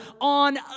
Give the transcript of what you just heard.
on